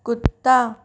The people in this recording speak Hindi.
कुत्ता